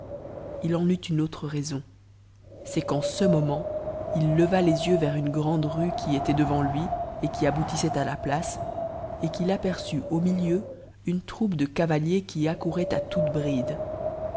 il en l'ut une autre raison c'est qu'en ce moment il leva les yeux vers une grande rue qui était devant lui et qui aboutissait à la place et qu'il apersut au milieu une troupe de cavaliers qui accouraient à toute bride